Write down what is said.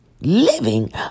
living